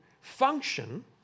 function